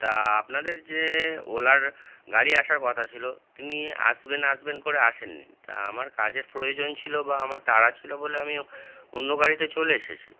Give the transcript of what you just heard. তা আপনাদের যে ওলার গাড়ি আসার কথা ছিলো তিনি আসবেন আসবেন করে আসেন নি তা আমার কাজের প্রয়োজন ছিলো বা আমার তাড়া ছিলো বলে আমিও অন্য গাড়িতে চলে এসেছি